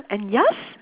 and yours